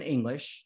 English